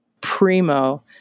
primo